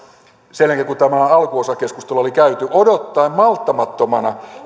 sen jälkeen kun tämä alkuosakeskustelu oli käyty odottaen malttamattomana